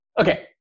okay